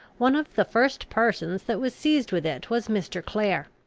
one of the first persons that was seized with it was mr. clare.